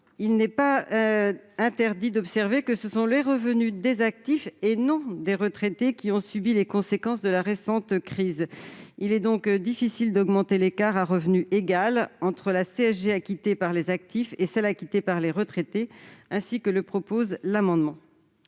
il n'est pas d'interdit d'observer que ce sont les revenus des actifs, et non ceux des retraités, qui ont subi les conséquences de la récente crise. Il est donc difficile d'augmenter l'écart, à revenu égal, entre la CSG acquittée par les actifs et celle acquittée par les retraités, ainsi que le proposent